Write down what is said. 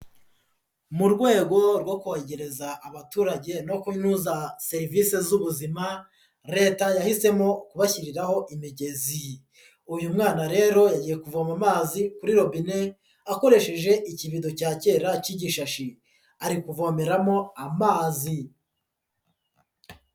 Mu rwego rwo kwegereza abaturage no kunoza serivisi z'ubuzima, Leta yahisemo kubashyiriraho imigezi. Uyu mwana rero yagiye kuvoma amazi kuri robine akoresheje ikibido cya kera k'igishashi. Ari kuvomeramo amazi.